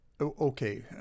Okay